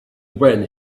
when